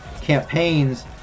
campaigns